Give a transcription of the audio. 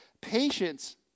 Patience